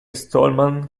stallman